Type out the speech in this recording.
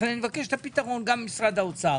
לכן אני מבקש את הפתרון גם ממשרד האוצר,